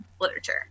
literature